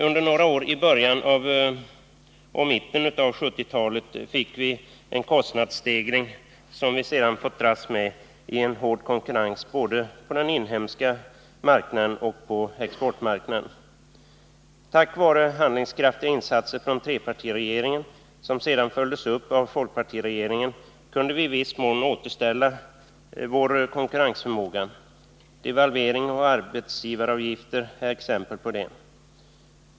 Under några år i början och mitten av 1970-talet fick vi en kostnadsstegring som vi sedan fått dras med i en hård konkurrens både på den inhemska marknaden och på exportmarknaden. Tack vare handlingskraftiga insatser från trepartiregeringen, som sedan följdes upp av folkpartiregeringen, kunde vi i viss mån återställa vår konkurrensförmåga — devalvering och arbetsgivaravgifterna är exempel på detta.